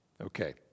Okay